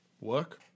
Work